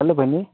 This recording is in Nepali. हेलो बहिनी